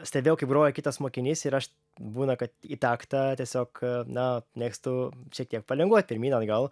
stebėjau kaip groja kitas mokinys ir aš būna kad į taktą tiesiog na mėgstu šiek tiek palinguot pirmyn atgal